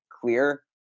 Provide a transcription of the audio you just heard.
clear